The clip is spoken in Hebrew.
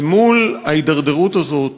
ומול ההידרדרות הזאת,